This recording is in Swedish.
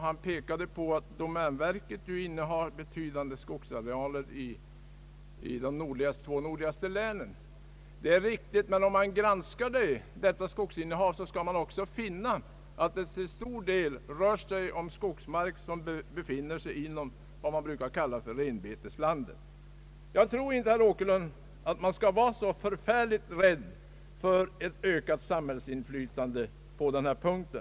Han påpekade också att domänverket innehar betydande skogsarealer i de två nordligaste länen. Det är riktigt, men om man granskar detta skogsinnehav skall man finna, att det till stor del rör sig om skogsmark som befinner sig inom vad man brukar kalla för renbeteslandet. Jag tror inte, herr Åkerlund, att man skall vara så förfärligt rädd för ett ökat samhällsinflytande på denna punkt.